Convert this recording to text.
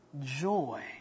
joy